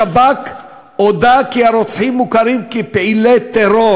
השב"כ הודה כי הרוצחים מוכרים כפעילי טרור